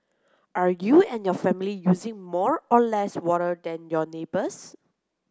are you and your family using more or less water than your neighbours